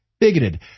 bigoted